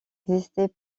existait